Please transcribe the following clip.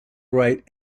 write